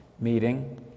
meeting